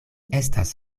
estas